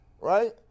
right